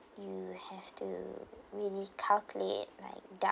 you have to really calculate like do~